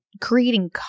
creating